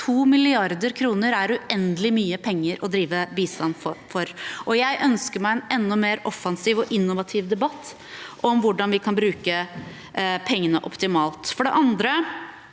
52 mrd. kr er uendelig mye penger å drive bistand på for. Jeg ønsker meg en enda mer offensiv og innovativ debatt om hvordan vi kan bruke pengene optimalt.